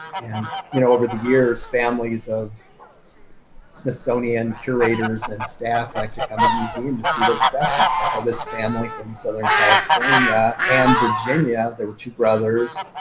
and you know over the years, families of smithsonian curators and staff like to come to the museum to see their specimens. so this family from southern california and virginia, they were two brothers,